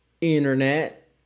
internet